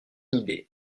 idée